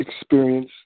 experience